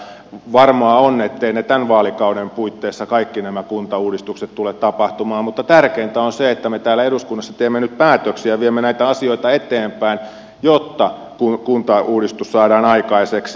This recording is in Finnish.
varmaa on etteivät kaikki nämä kuntauudistukset tämän vaalikauden puitteissa tule tapahtumaan mutta tärkeintä on se että me täällä eduskunnassa teemme nyt päätöksiä ja viemme näitä asioita eteenpäin jotta kuntauudistus saadaan aikaiseksi